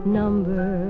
number